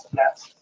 that